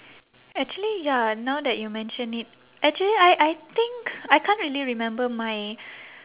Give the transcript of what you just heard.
actually ya now that you mention it actually I I think I can't really remember my